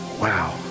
Wow